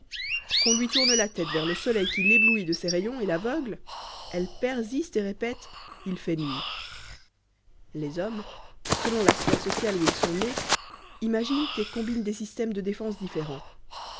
qu'on lui tourne la tête vers le soleil qui l'éblouit de ses rayons et l'aveugle elle persiste et répète il fait nuit les hommes selon la sphère sociale où ils sont nés imaginent et combinent des systèmes de défense différents